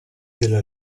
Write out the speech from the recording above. della